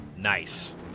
Nice